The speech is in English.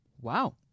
Wow